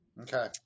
Okay